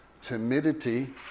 Timidity